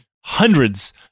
Hundreds